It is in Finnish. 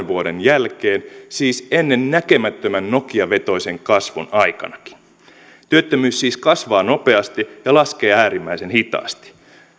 vuoden jälkeen siis ennennäkemättömän nokia vetoisen kasvun aikanakin työttömyys siis kasvaa nopeasti ja laskee äärimmäisen hitaasti